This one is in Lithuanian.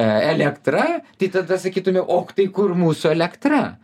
elektra tai tada sakytume o tai kur mūsų elektra